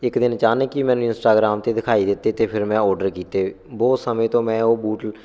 ਇੱਕ ਦਿਨ ਅਚਾਨਕ ਹੀ ਮੈਨੂੰ ਇੰਸਟਾਗ੍ਰਾਮ 'ਤੇ ਦਿਖਾਈ ਦਿੱਤੇ ਅਤੇ ਫਿਰ ਮੈਂ ਔਡਰ ਕੀਤੇ ਬਹੁਤ ਸਮੇਂ ਤੋਂ ਮੈਂ ਉਹ ਬੂਟ